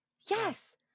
Yes